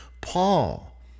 Paul